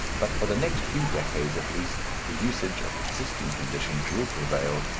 but for the next few decades at least the usage of existing conditions will prevail,